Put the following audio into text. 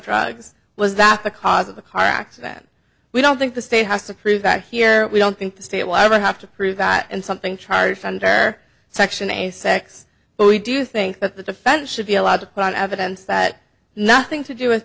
drugs was that the cause of the car accident we don't think the state has to prove that here we don't think the state will ever have to prove that in something charged under section a sex but we do think that the defense should be allowed to put on evidence that nothing to do with